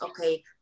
okay